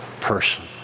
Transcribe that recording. person